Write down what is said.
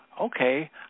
okay